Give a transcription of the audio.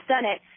Senate